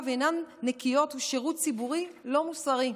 אינן נקיות הוא שירות ציבורי לא מוסרי.